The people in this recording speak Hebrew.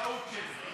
טעות שלי.